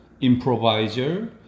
improviser